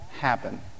happen